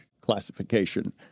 classification